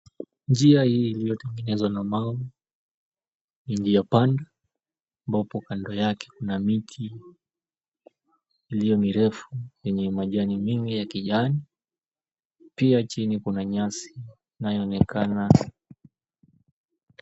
Njia hii iliyotengenezwa na mawe iliyopandwa ambapo kando yake kuna miti ilio mirefu yenye majani mingi ya kijani. Pia chini kuna nyasi inayoonekana.